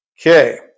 Okay